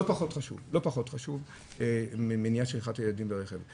לא פחות חשוב ממניעת שכחת ילדים ברכב.